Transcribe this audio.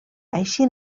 així